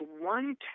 one